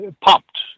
popped